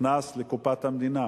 נכנסו לקופת המדינה.